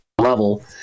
level